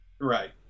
right